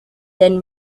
then